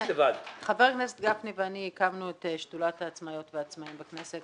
חבר הכנסת גפני ואני הקמנו את שדולת העצמאיות והעצמאים בכנסת.